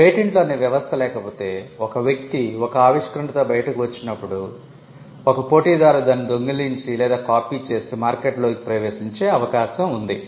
పేటెంట్లు అనే వ్యవస్థ లేకపోతే ఒక వ్యక్తి ఒక ఆవిష్కరణతో బయటకు వచ్చినప్పుడు ఒక పోటీదారు దానిని దొంగిలించి లేదా కాపీ చేసి మార్కెట్లోకి ప్రవేశించే అవకాశం ఉంది